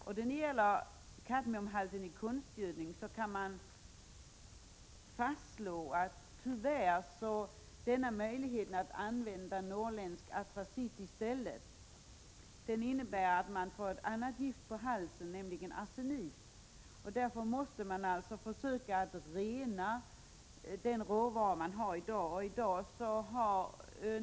I fråga om kadmiumhalten i konstgödning kan vi slå fast att en övergång till användning av norrländsk apatit i stället innebär att man får ett annat gift på halsen, nämligen arsenik. Därför måste man försöka rena den råvara som används i dag.